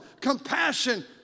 compassion